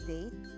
Date